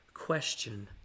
question